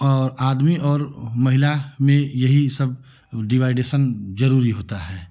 और आदमी और महिला में यही सब डिवाइडेशन जरूरी होता है